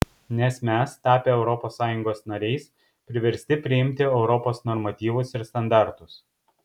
nes mes tapę europos sąjungos nariais priversti priimti europos normatyvus ir standartus